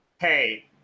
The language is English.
Hey